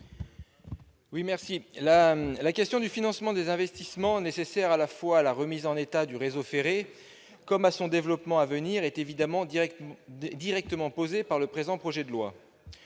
La question du financement des investissements nécessaires à la remise en état du réseau ferré comme à son développement à venir est évidemment directement posée par le présent projet de loi.